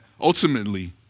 ultimately